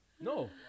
No